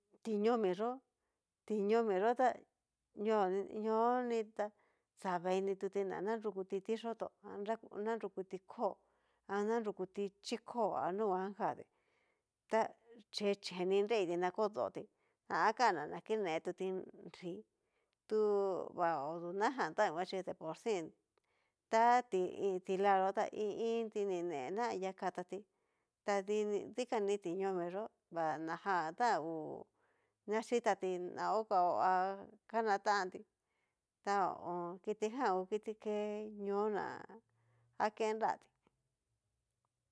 Ti ñomi yó ti ñomi yó ñóni ta xa veinituti na nanrukuti tiyota a na nrukuti koo ha nanrukuti chikó a nunguan kati ta chee chee ni nreiti na kodoti, ta akan ná ta kinetuti nri, tu va odu najan ta nguan chi deporsin ti'la yó ta i iinti ni ne na anria katati ta di dikani tiñomi yó, ta vanajan ta ngu na yitati na ngokaó a kana tanti ta ho o on. kkitijan ngun kiti ke ñóo ná aken nratí.